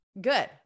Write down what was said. good